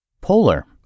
Polar